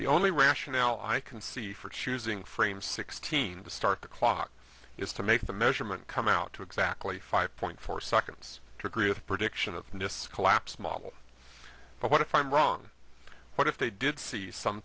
the only rationale i can see for choosing frame sixteen to start the clock is to make the measurement come out to exactly five point four seconds to agree with prediction of this collapse model but what if i'm wrong but if they did see some